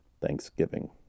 Thanksgiving